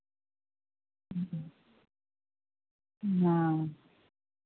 ᱦᱩᱸ ᱚ